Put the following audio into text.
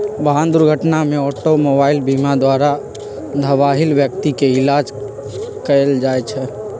वाहन दुर्घटना में ऑटोमोबाइल बीमा द्वारा घबाहिल व्यक्ति के इलाज कएल जाइ छइ